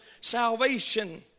salvation